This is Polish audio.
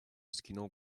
skinął